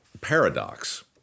Paradox